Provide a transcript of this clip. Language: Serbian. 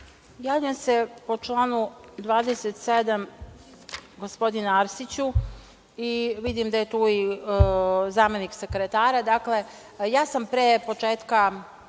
Javljam se po članu 27. gospodine Arsiću, vidim da je tu zamenik sekretara. Dakle, ja sam pre početka